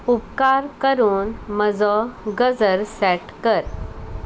उपकार करून म्हजो गजर सॅट कर